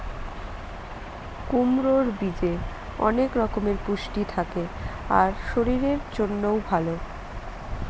কুমড়োর বীজে অনেক রকমের পুষ্টি থাকে আর শরীরের জন্যও ভালো